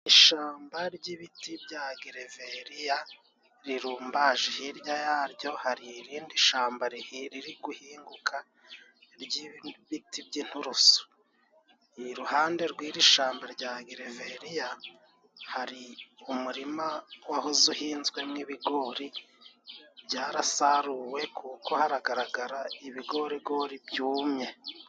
Ishamba ry'ibiti bya geveriya rirumbaje hirya yaryo hari irindi shamba riri guhinguka ry'ibiti by'inturusu, iruhande rw'iri shamba rya giveriya hari umurima wahoze uhinzwemo ibigori, byarasaruwe kuko haragaragara ibigorigori byumye.